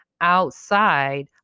outside